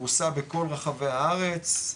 פרוסה בכל רחבי הארץ,